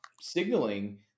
signaling